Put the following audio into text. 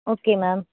okay ma'am